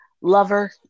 lover